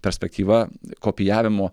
perspektyva kopijavimo